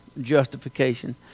justification